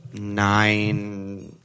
nine